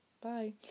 bye